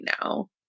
now